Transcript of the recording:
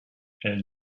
elle